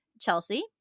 Chelsea